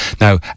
Now